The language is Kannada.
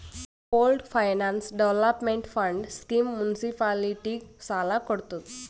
pooled finance development fund scheme ಮುನ್ಸಿಪಾಲಿಟಿಗ ಸಾಲ ಕೊಡ್ತುದ್